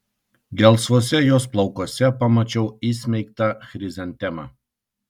gelsvuose jos plaukuose pamačiau įsmeigtą chrizantemą